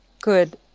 Good